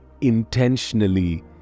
intentionally